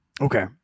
Okay